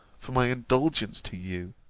for my indulgence to you.